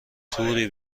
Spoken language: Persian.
توری